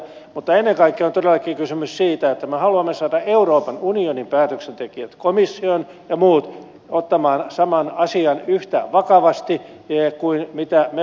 mutta ennen kaikkea on todellakin kysymys siitä että me haluamme saada euroopan unionin päätöksentekijät komission ja muut ottamaan saman asian yhtä vakavasti kuin me